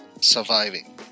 surviving